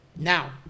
Now